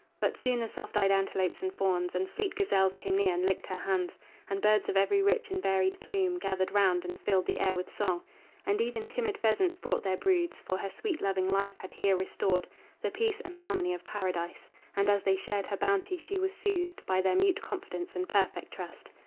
but soon the soft-eyed antelopes and fawns and fleet gazelles came near and licked her hands and birds of every rich and varied plume gathered around and filled the air with song and even timid pheasants brought their broods, for her sweet loving life had here restored the peace and harmony of paradise and as they shared her bounty she was soothed by their mute confidence and perfect trust.